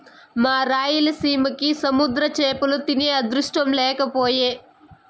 మా రాయలసీమకి సముద్ర చేపలు తినే అదృష్టం లేకపాయె